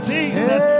Jesus